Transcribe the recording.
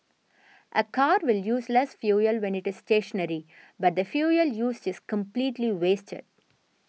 a car will use less fuel when it is stationary but the fuel used is completely wasted